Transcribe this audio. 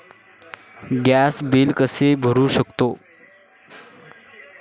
Gas bill कसे भरू शकतो?